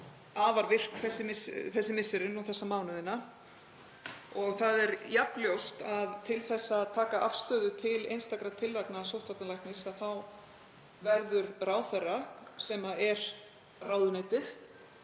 afar virk þessi misserin og þessa mánuðina. Það er jafn ljóst að til þess að taka afstöðu til einstakra tillagna sóttvarnalæknis þá verður ráðherra, sem er ráðuneytið,